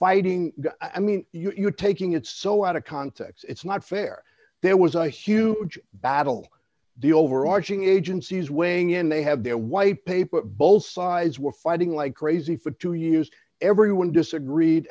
fighting i mean you're taking it so out of context it's not fair there was a huge battle the overarching agencies weighing in they have their white paper both sides were fighting like crazy for two years everyone disagreed